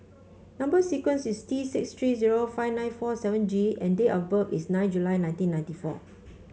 number sequence is T six three zero five nine four seven G and date of birth is nine July nineteen ninety four